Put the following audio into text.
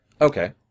Okay